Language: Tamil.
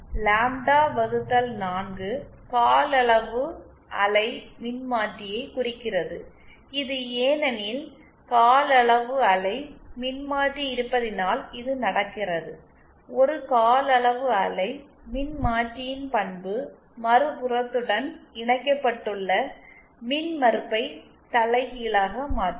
லாம்ப்டா வகுத்தல் 4 கால் அளவு அலை மின்மாற்றியைக் குறிக்கிறது இது ஏனெனில் கால் அளவு அலை மின்மாற்றி இருப்பதினால் இது நடக்கிறது ஒரு கால் அளவு அலை மின்மாற்றியின் பண்பு மறுபுறத்துடன் இணைக்கப்பட்டுள்ள மின்மறுப்பைத் தலைகீழாக மாற்றும்